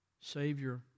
Savior